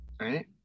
Right